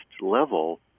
level